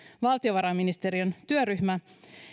valtiovarainministeriön työryhmä